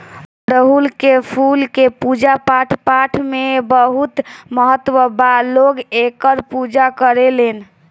अढ़ऊल के फूल के पूजा पाठपाठ में बहुत महत्व बा लोग एकर पूजा करेलेन